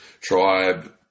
tribe